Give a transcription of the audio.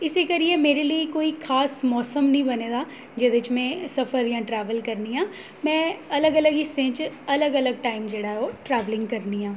इस्सै करियै मेरे लेई कोई खास मौसम नेईं बने दा जेह्दे च में सफर या ट्रैवल करनी आं में अलग अलग हिस्सें च अलग अलग टाईम जेह्ड़ा ऐ ओह् ट्रैवलिंग करनी आं